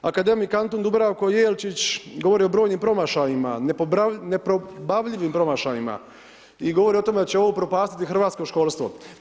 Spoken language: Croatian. Akademik Antun Dubravko Jelčić govori o brojnim promašajima, neprobavljivim promašajima i govori o tome da će ovo upropastiti hrvatsko školstvo.